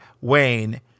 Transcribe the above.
Wayne